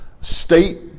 state